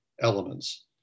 elements